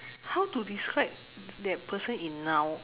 how to describe that person in noun